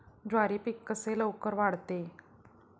ज्वारी पीक कसे लवकर वाढते?